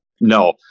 No